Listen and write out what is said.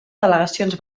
delegacions